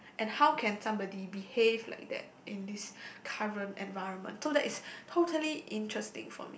and how can somebody behave like that in this current environment so it's totally interesting for me